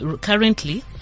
currently